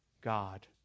God